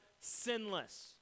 sinless